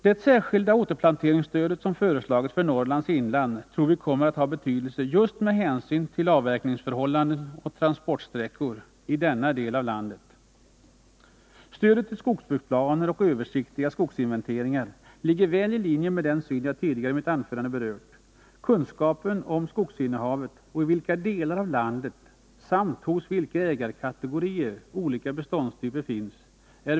Det särskilda återplanteringsstödet som föreslagits för Norrlands inland tror vi kommer att ha betydelse just med hänsyn till avverkningsförhållanden och transportsträckor i denna del av landet. Stödet till skogsbruksplaner och översiktliga skogsinventeringar ligger väl i linje med den syn jag tidigare i mitt anförande berört. Det vore värdefullt att få bättre kunskap om skogsinnehavet och få belyst i vilka delar av landet samt hos vilka ägarkategorier olika beståndstyper finns.